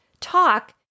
talk